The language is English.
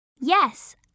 Yes